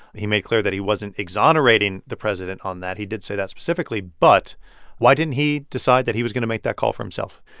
he made clear that he wasn't exonerating the president on that he did say that specifically. but why didn't he decide that he was going to make that call for himself?